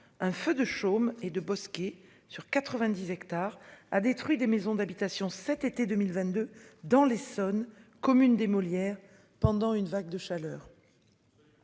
un feu de chaume et de Bosquet sur 90 hectares, a détruit des maisons d'habitation cet été 2022 dans l'Essonne communes des Molières pendant une vague de chaleur.